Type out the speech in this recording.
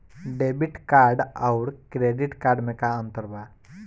Debit card आउर credit card मे का अंतर बा?